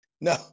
No